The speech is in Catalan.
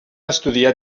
estudiar